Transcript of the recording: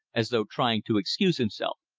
as though trying to excuse himself,